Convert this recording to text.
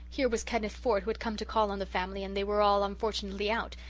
here was kenneth ford who had come to call on the family and they were all unfortunately out,